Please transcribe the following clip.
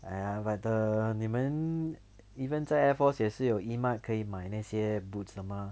!aiya! but the 你们 even 在 air force 也是有 e-mart 可以买那些 boots 的 mah